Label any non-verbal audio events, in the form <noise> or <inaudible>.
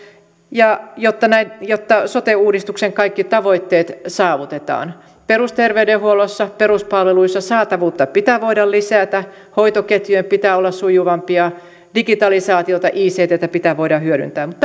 jotta sote uudistuksen kaikki tavoitteet saavutetaan perusterveydenhuollossa peruspalveluissa saatavuutta pitää voida lisätä hoitoketjujen pitää olla sujuvampia digitalisaatiota icttä pitää voida hyödyntää mutta <unintelligible>